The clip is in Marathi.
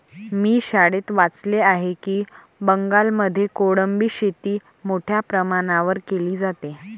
मी शाळेत वाचले आहे की बंगालमध्ये कोळंबी शेती मोठ्या प्रमाणावर केली जाते